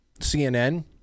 CNN